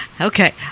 Okay